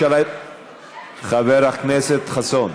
חבר הכנסת חסון,